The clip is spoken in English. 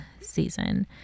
season